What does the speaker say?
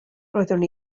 roeddwn